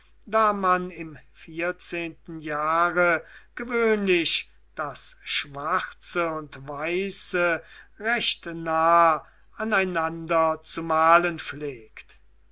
da man im vierzehnten jahre gewöhnlich das schwarze und weiße recht nah aneinander zu malen pflegt